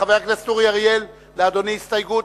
חבר הכנסת אורי אריאל, לאדוני הסתייגות.